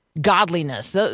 godliness